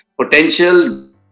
potential